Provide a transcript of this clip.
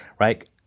right